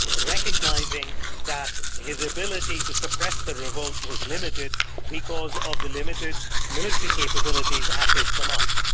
recognising that his ability to suppress the revolt was limited because of the limited military capabilities at his command.